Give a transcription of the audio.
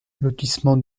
lotissement